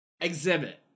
Exhibit